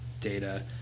data